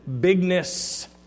bigness